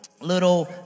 little